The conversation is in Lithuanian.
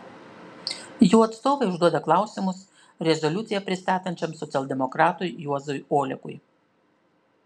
jų atstovai užduoda klausimus rezoliuciją pristatančiam socialdemokratui juozui olekui